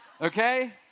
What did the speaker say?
okay